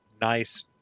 nice